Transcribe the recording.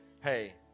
Hey